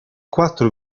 quattro